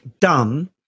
done